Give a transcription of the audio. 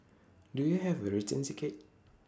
do you have A return ticket